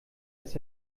dass